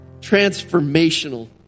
transformational